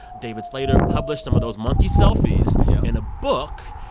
david slater published some of those monkey selfies yeah in a book.